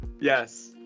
Yes